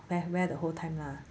wear wear the whole time lah